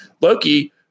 Loki